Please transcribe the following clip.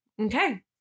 Okay